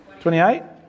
28